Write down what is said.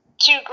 two